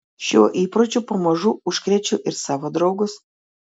šiuo įpročiu pamažu užkrečiu ir savo draugus